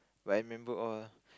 but I remember all